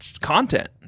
content